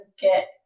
get